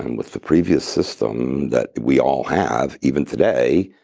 and with the previous system that we all have even today,